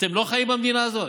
אתם לא חיים במדינה הזאת,